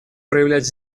проявлять